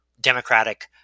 democratic –